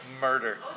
murder